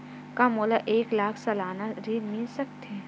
का मोला एक लाख सालाना ऋण मिल सकथे?